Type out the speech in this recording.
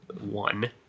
One